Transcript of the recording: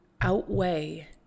outweigh